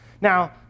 Now